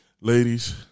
ladies